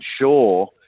sure